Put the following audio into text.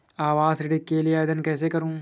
आवास ऋण के लिए आवेदन कैसे करुँ?